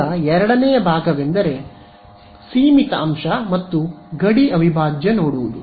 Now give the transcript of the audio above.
ಈಗ ಎರಡನೆಯ ಭಾಗವೆಂದರೆ ಸೀಮಿತ ಅಂಶ ಮತ್ತು ಗಡಿ ಅವಿಭಾಜ್ಯ ನೋಡುವುದು